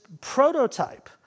prototype